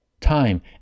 time